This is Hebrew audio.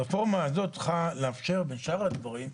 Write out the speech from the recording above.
הרפורמה הזאת צריכה לאפשר בשאר הדברים,